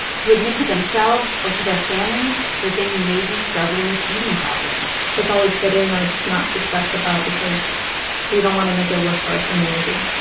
to admit to themselves or to their families that they may be struggling with eating problems it's always hidden or just not discussed about because we don't want to make it worse for our community.